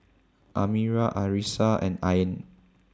Amirah Arissa and Ain